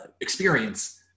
experience